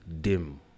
dim